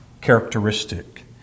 characteristic